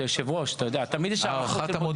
תמיד יש הערכת מודיעין.